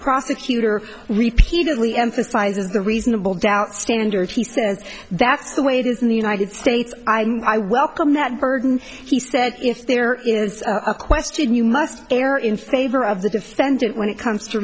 prosecutor repeated lee emphasizes the reasonable doubt standard he says that's the way it is in the united states i welcome that burden he said if there is a question you must err in favor of the defendant when it comes to